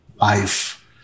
Life